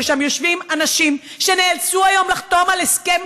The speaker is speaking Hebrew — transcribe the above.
ששם יושבים אנשים שנאלצו היום לחתום על הסכם,